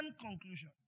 conclusion